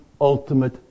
ultimate